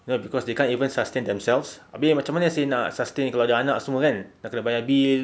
you know cause they can't even sustain themselves abeh macam mana seh nak sustain kalau ada anak semua kan nak kena bayar bill